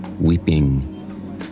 weeping